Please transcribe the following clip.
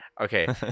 Okay